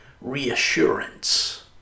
reassurance